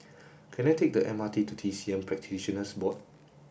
can I take the M R T to T C M Practitioners Board